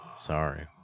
sorry